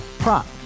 Prop